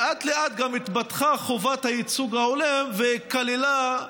לאט-לאט גם התפתחה חובת הייצוג ההולם ונכללו בה